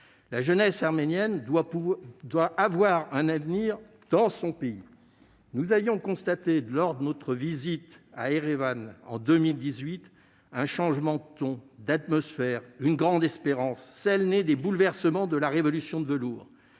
La jeunesse arménienne doit avoir un avenir dans son pays. Nous avions constaté, lors de notre visite à Erevan en 2018, un changement de ton, d'atmosphère et une grande espérance, celle née des bouleversements de la « révolution de velours